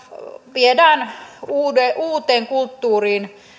viedään uuteen kulttuuriin